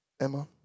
Emma